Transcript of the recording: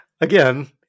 Again